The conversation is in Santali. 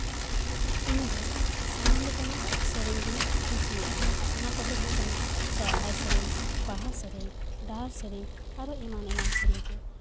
ᱤᱧ ᱫᱚ ᱥᱟᱱᱟᱢ ᱞᱮᱠᱟᱱᱟᱜ ᱥᱮᱨᱮᱧ ᱜᱤᱧ ᱠᱩᱥᱤᱭᱟᱜᱼᱟ ᱚᱱᱟ ᱠᱚᱫᱚ ᱦᱩᱭᱩᱜ ᱠᱟᱱᱟ ᱥᱚᱨᱦᱟᱭ ᱥᱮᱨᱮᱧ ᱵᱟᱦᱟ ᱥᱮᱨᱮᱧ ᱰᱟᱦᱟᱨ ᱥᱮᱨᱮᱧ ᱟᱨᱚ ᱮᱢᱟᱱ ᱮᱢᱟᱱ ᱥᱮᱨᱮᱧ ᱠᱚ